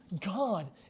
God